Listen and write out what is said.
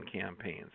campaigns